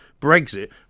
Brexit